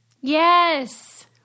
Yes